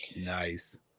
nice